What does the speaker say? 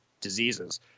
diseases